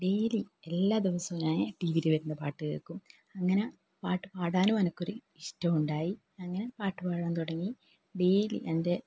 daily എല്ലാ ദിവസവും ഞാൻ ടി വിൽ വരുന്ന പാട്ട് കേൾക്കും അങ്ങനെ പാട്ട് പാടാനും എനിക്ക് ഒരു ഇഷ്ട്ടമുണ്ടായി അങ്ങനെ പാട്ട് പാടാൻ തുടങ്ങി ഡെയിലി എൻ്റെ